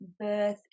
birth